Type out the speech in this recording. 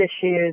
issues